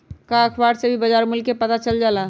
का अखबार से भी बजार मूल्य के पता चल जाला?